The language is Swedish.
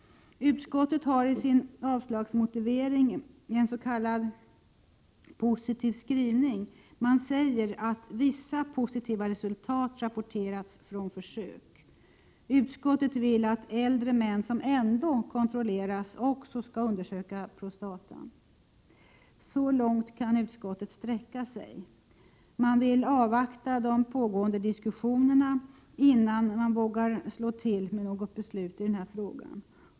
Utskottet har ens.k. positiv skrivning i sin avslagsmotivering. Det sägs att vissa positiva resultat har rapporterats från försök. Utskottet vill att äldre män som ändå kontrolleras också skall låta undersöka prostatan. Så långt kan utskottet sträcka sig. Man vill avvakta de pågående diskussionerna innan man vågar slå till med något beslut i frågan.